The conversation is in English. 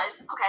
Okay